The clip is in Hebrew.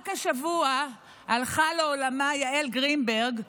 רק השבוע הלכה לעולמה יעל גרינברג,